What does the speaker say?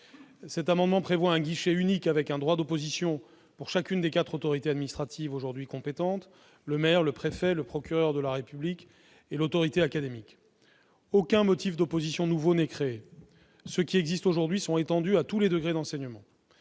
Cet amendement vise à créer un guichet unique, avec un droit d'opposition pour chacune des quatre autorités administratives aujourd'hui compétentes : le maire, le préfet, le procureur de la République et l'autorité académique. Aucun motif d'opposition nouveau n'est créé. Ceux qui existent aujourd'hui sont étendus à tous les degrés d'enseignement.